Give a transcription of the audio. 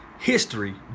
history